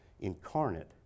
incarnate